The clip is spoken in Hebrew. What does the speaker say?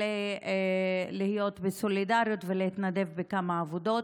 להיות בסולידריות ולהתנדב בכמה עבודות.